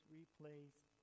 replaced